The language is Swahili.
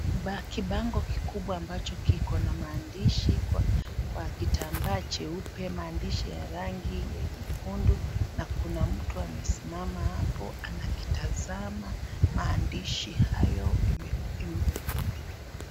Kibango kikubwa ambacho kiko na maandishi kwa kitambaa cheupe, maandishi ya rangi nyekundu na kuna mtu amesimama hapo anakitazama maandishi hayo.